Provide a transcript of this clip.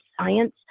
science